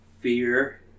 fear